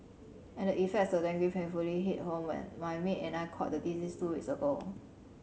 and the effects of dengue painfully hit home when my maid and I caught the disease two weeks ago